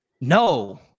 no